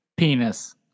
Penis